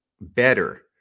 better